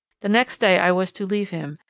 the next day i was to leave him,